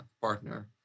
partner